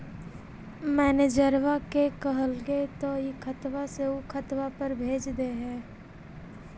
मैनेजरवा के कहलिऐ तौ ई खतवा से ऊ खातवा पर भेज देहै?